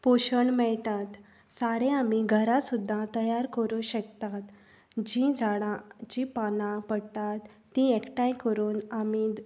पोशण मेळटात सारें आमी घरा सुद्दा तयार करूंक शकतात जीं झाडां जीं पानां पडटात तीं एकठांय करून आमी